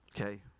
Okay